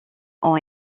ont